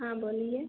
हाँ बोलिए